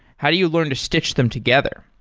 how do you learn to stich them together?